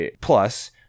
plus